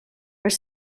are